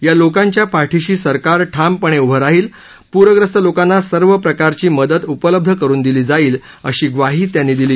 या लोकांच्या पाठिशी सरकार ठामपणे उभं राहील पूरग्रस्त लोकांना सर्व प्रकारची मदत उपलब्ध करून दिली जाईल अशी ग्वाही त्यांनी दिली